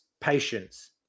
patience